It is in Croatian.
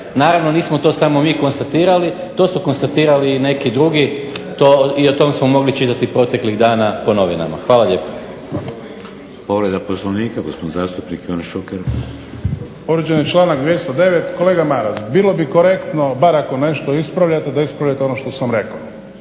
Naravno nismo to samo mi konstatirali to su konstatirali i neki drugi i o tom smo mogli čitati proteklih dana po novinama. Hvala lijepa.